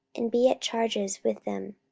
and be at charges with them,